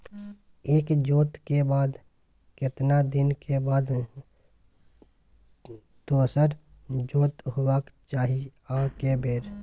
एक जोत के बाद केतना दिन के बाद दोसर जोत होबाक चाही आ के बेर?